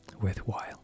worthwhile